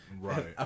Right